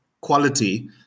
quality